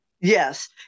Yes